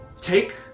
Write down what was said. Take